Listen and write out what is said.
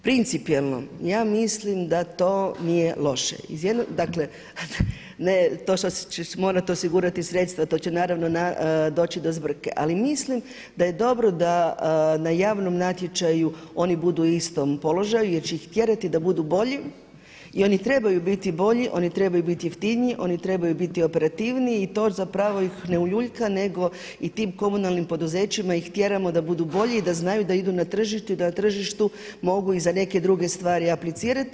Principijelno, ja mislim da to nije loše, ne to što će morati osigurati sredstva, to će naravno doći do zbrke, ali mislim da je dobro da na javnom natječaju oni budu u istom položaju jer će ih tjerati da budu bolji i oni trebaju biti bolji, oni trebaju biti jeftiniji, oni trebaju biti operativniji i to zapravo ih ne uljuljka nego i tim komunalnim poduzećima ih tjeramo da budu bolji i da znaju da idu na tržište i da na tržištu mogu i za neke druge stvari aplicirati.